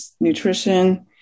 nutrition